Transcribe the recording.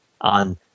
on